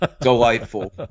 delightful